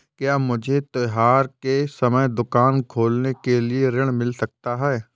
क्या मुझे त्योहार के समय दुकान खोलने के लिए ऋण मिल सकता है?